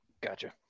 gotcha